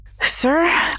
Sir